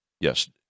yes